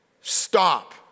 Stop